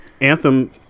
Anthem